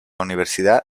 universidad